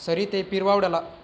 sir इथे पिरबावड्याला